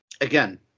again